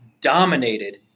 dominated